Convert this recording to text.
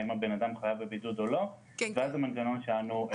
האם הבן אדם חייב בבידוד או לא ואז המנגנון שלנו מתחיל לעבוד.